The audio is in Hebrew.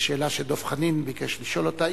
זו שאלה שדב חנין ביקש לשאול אותה,